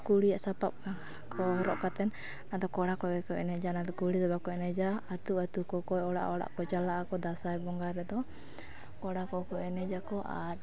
ᱠᱩᱲᱤᱭᱟᱜ ᱥᱟᱯᱟᱵ ᱠᱚ ᱦᱚᱨᱚᱜ ᱠᱟᱛᱮᱫ ᱟᱫᱚ ᱠᱚᱲᱟ ᱠᱚᱜᱮ ᱠᱚ ᱮᱱᱮᱡᱟ ᱚᱱᱟᱫᱚ ᱠᱩᱲᱤ ᱫᱚ ᱵᱟᱠᱚ ᱮᱱᱮᱡᱟ ᱟᱹᱛᱩ ᱟᱹᱛᱩ ᱠᱚᱠᱚᱭ ᱚᱲᱟᱜ ᱚᱲᱟᱜ ᱠᱚ ᱪᱟᱞᱟᱜ ᱟᱠᱚ ᱫᱟᱸᱥᱟᱭ ᱵᱚᱸᱜᱟ ᱨᱮᱫᱚ ᱠᱚᱲᱟ ᱠᱚ ᱠᱚ ᱮᱱᱮᱡᱟᱠᱚ ᱟᱨ